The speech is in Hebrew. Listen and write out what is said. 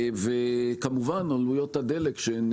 וכמובן עלויות הדלק שהן